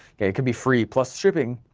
it could be free plus shipping,